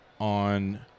on